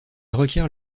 requiert